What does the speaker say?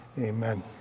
Amen